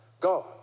God